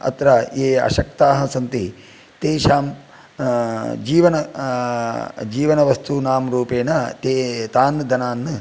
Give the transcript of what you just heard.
अत्र ये अशक्ताः सन्ति तेषां जीवनं जीवनवस्तूनां रूपेण ते तान् धनान्